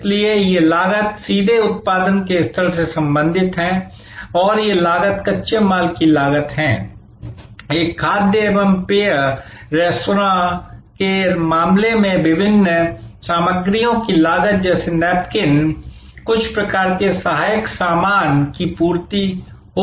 इसलिए ये लागत सीधे उत्पादन के स्तर से संबंधित हैं और ये लागत कच्चे माल की लागत है एक खाद्य और पेय रेस्तरां के मामले में विभिन्न सामग्रियों की लागत जैसे नैपकिन कुछ प्रकार के सहायक सामान की आपूर्ति हो सकती है